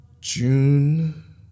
June